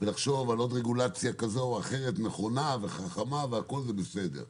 ולחשוב על עוד רגולציה כזו או אחרת נכונה וחכמה וכל זה בסדר.